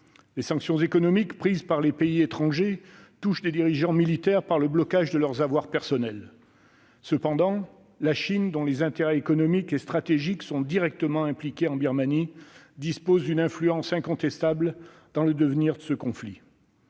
Les sanctions économiques prises par les pays étrangers touchent les dirigeants militaires par le blocage de leurs avoirs personnels. Cependant, la Chine, dont les intérêts économiques et stratégiques directs en Birmanie sont importants, dispose d'une influence incontestable dans l'évolution à venir de ce conflit.